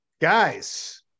Guys